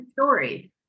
story